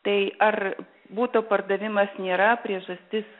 tai ar buto pardavimas nėra priežastis